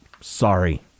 Sorry